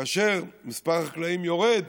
כאשר מספר החקלאים יורד,